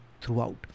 throughout